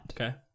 Okay